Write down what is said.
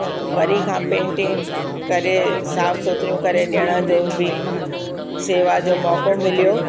वरी खां पेंटिंग करे साफ़ु सुथिरियूं करे ॾियण जो बि सेवा जो मौक़ो मिलियो